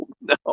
No